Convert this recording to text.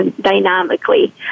dynamically